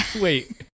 Wait